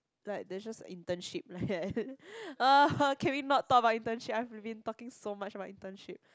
like there's just internship like that can we not talk about internship I've been talking so much about internship